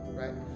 right